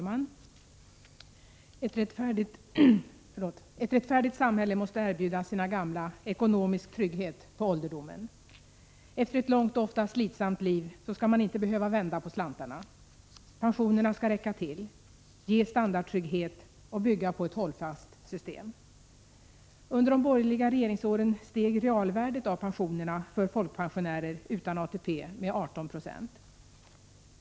Fru talman! Ett rättfärdigt samhälle måste erbjuda sina gamla ekonomisk trygghet på ålderdomen. Efter ett långt och ofta slitsamt liv skall man inte behöva vända på slantarna. Pensionerna skall räcka till, ge standardtrygghet och bygga på ett hållfast system. Under de borgerliga regeringsåren steg realvärdet av pensionerna för folkpensionärer utan ATP med 18 96.